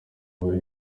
bari